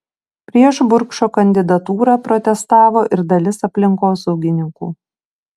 prieš burkšo kandidatūrą protestavo ir dalis aplinkosaugininkų